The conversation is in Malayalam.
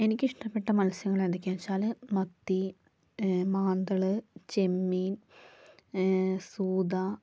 എനിക്കിഷ്ടപ്പെട്ട മത്സ്യങ്ങൾ ഏതൊക്കെയെന്ന് വെച്ചാൽ മത്തി മാന്തൾ ചെമ്മീൻ സൂത